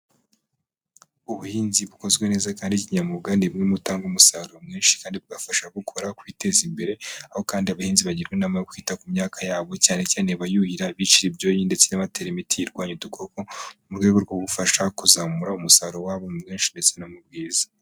Ubuhinzi bukozwe neza kandi kinyamwuga ni bumwe mu butanga umusaruro mwinshi kandi bugafasha ubukora kwiteza imbere, aho kandi abahinzi bagirwa inama yo kwita ku myaka yabo cyane cyane abayuhira, abicira ibyonnyi ndetse n'abatera imiti irwanya udukoko, mu rwego rwo gufasha kuzamura umusaruro wabo mwinshi ndetse no mu bwiza.